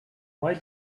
why